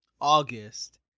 August